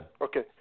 Okay